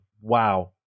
Wow